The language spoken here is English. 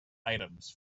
items